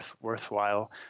worthwhile